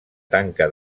tanca